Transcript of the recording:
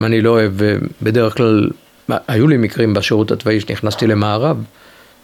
אני לא אוהב, בדרך כלל, היו לי מקרים בשירות הצבאי שנכנסתי למארב.